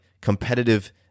competitive